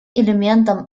элементом